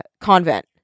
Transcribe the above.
convent